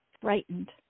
frightened